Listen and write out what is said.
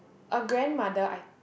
a grandmother I